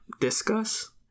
Discuss